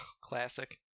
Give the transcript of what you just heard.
Classic